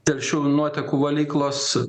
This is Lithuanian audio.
telšių nuotekų valyklos